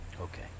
Okay